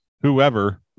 whoever